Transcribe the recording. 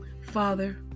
Father